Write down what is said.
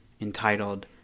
entitled